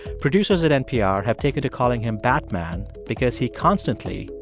producers at npr have taken to calling him batman because he constantly,